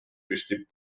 püsti